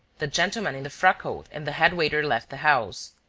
the gentleman in the frock-coat and the head-waiter left the house.